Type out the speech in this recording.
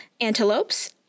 antelopes